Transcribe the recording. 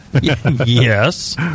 Yes